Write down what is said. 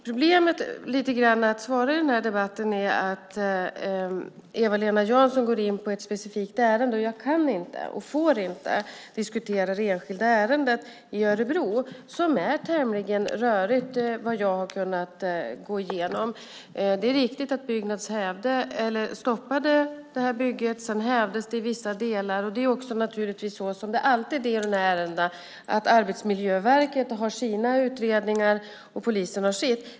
Problemet i den här debatten är att Eva-Lena Jansson går in på ett specifikt ärende, och jag kan och får inte diskutera det enskilda ärendet i Örebro. Vad jag har förstått är det tämligen rörigt. Det är riktigt att Byggnads stoppade det här bygget, och sedan hävdes det i vissa delar. Det är naturligtvis så, som det alltid är i dessa ärenden, att Arbetsmiljöverket har sina utredningar och polisen sina.